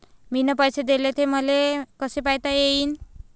मिन पैसे देले, ते मले कसे पायता येईन?